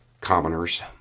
Commoners